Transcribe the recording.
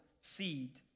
seed